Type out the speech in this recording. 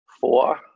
Four